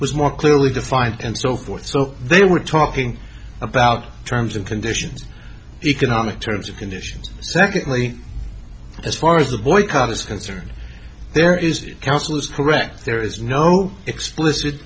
was more clearly defined and so forth so they were talking about terms and conditions economic terms of conditions secondly as far as the boycott is concerned there is counsel is correct there is no explicit